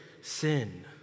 sin